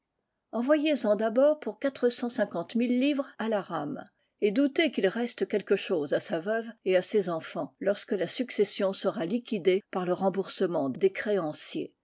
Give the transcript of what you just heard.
envoyez en d'abord pour quatre cent cinquante mille livres à la rame et doutez qu'il reste quelque chose à sa veuve et à ses enfants lorsque la succession sera liquidée par le remboursement des créanciers